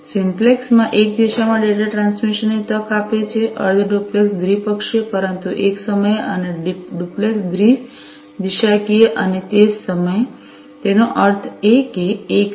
simplex એક દિશામાં data ટ્રાન્સમિશનની તક આપે છે અર્ધ ડુપ્લેક્સ દ્વિપક્ષીય પરંતુ એક સમયે અને ડુપ્લેક્સ દ્વિ દિશાકીય અને તે જ સમયે તેનો અર્થ એ કે એક સાથે